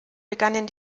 begannen